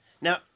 now